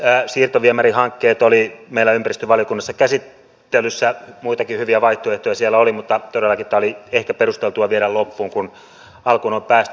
siirtoviemärihankkeet olivat meillä ympäristövaliokunnassa käsittelyssä muitakin hyviä vaihtoehtoja siellä oli mutta todellakin tämä oli ehkä perusteltua viedä loppuun kun alkuun on päästy